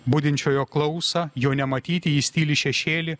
budinčiojo klausą jo nematyti jis tyli šešėly